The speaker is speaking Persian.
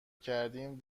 کردیم